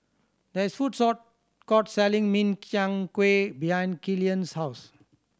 there is a food court selling Min Chiang Kueh behind Killian's house